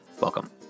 Welcome